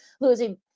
losing